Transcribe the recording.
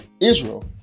Israel